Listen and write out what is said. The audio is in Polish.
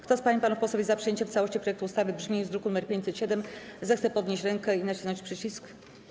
Kto z pań i panów posłów jest za przyjęciem w całości projektu ustawy w brzmieniu z druku nr 507, zechce podnieść rękę i nacisnąć przycisk.